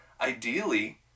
Ideally